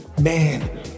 Man